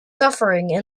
suffering